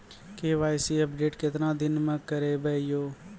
KYC update केतना दिन मे करेबे यो?